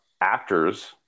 actors